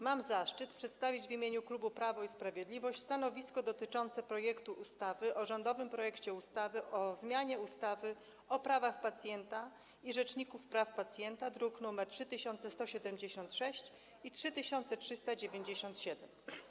Mam zaszczyt przedstawić w imieniu klubu Prawo i Sprawiedliwość stanowisko dotyczące rządowego projektu ustawy o zmianie ustawy o prawach pacjenta i Rzeczniku Praw Pacjenta, druki nr 3176 i 3397.